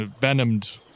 venomed